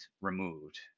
removed